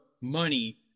money